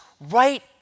right